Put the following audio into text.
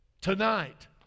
Tonight